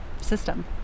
system